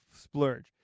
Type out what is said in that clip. splurge